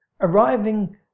arriving